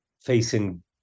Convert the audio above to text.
facing